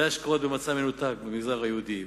והשקעות במצע מנותק במגזר היהודי,